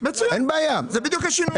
זה בדיוק השינוי.